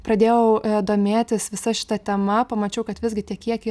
pradėjau domėtis visa šita tema pamačiau kad visgi tie kiekiai